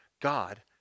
God